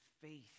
faith